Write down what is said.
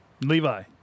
Levi